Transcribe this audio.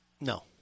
No